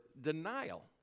denial